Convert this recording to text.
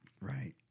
right